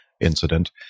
incident